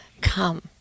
Come